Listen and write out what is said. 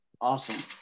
Awesome